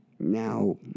Now